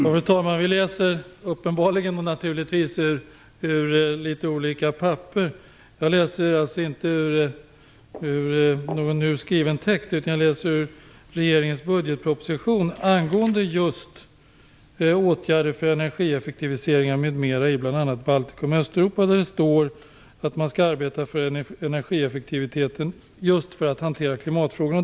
Fru talman! Vi läser uppenbarligen ur litet olika papper. Jag läser inte ur någon nu skriven text, utan jag läser ur regeringens budgetproposition angående just åtgärder för energieffektiviseringar m.m. i bl.a. Det står att man skall arbeta för energieffektiviteten just för att hantera klimatfrågan.